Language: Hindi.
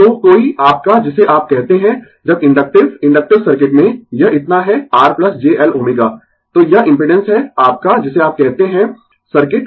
तो कोई आपका जिसे आप कहते है जब इंडक्टिव इंडक्टिव सर्किट में यह इतना है R j Lω तो यह इम्पिडेंस है आपका जिसे आप कहते है सर्किट